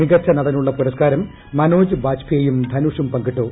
മികച്ച നടനുള്ള പുരസ്ക്കാരം മനോജ് ബാജ്പേയും ധനുഷും പങ്കിട്ടു